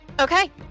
Okay